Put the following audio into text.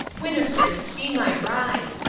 winnifred, be my bride!